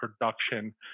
production